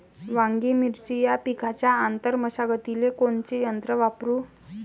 वांगे, मिरची या पिकाच्या आंतर मशागतीले कोनचे यंत्र वापरू?